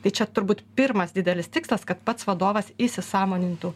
tai čia turbūt pirmas didelis tikslas kad pats vadovas įsisąmonintų